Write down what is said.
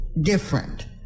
Different